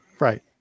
Right